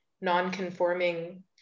non-conforming